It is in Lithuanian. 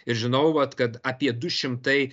ir žinau vat kad apie du šimtai